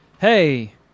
Hey